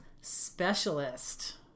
specialist